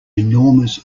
enormous